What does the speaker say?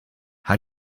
how